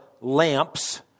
lamps